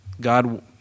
God